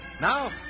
Now